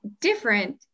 different